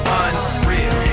unreal